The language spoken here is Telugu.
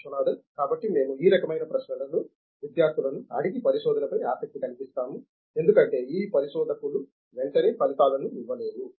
విశ్వనాథన్ కాబట్టి మేము ఈ రకమైన ప్రశ్నలను విద్యార్థులను అడిగి పరిశోధనపై ఆసక్తిని కలిగిస్తాము ఎందుకంటే ఈ పరిశోధకులు వెంటనే ఫలితాలను ఇవ్వలేవు